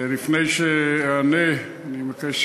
לפני שאענה אני מבקש,